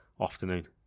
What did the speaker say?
afternoon